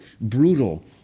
brutal